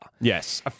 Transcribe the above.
Yes